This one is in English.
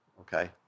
okay